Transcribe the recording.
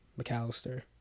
McAllister